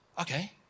okay